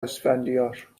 اسفندیار